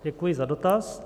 Děkuji za dotaz.